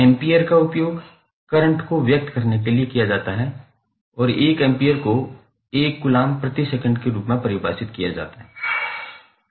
ampere का उपयोग current को व्यक्त करने में किया जाता है और 1 एम्पीयर को 1 कूलम्ब प्रति सेकंड के रूप में परिभाषित किया जाता है